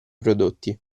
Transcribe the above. prodotti